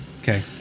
Okay